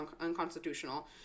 unconstitutional